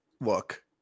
Look